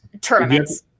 tournaments